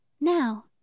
Now